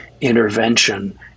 intervention